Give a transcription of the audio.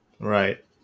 right